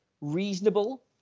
reasonable